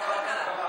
ועדת כלכלה.